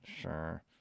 Sure